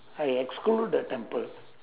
I exclude the temple